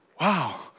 wow